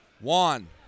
Juan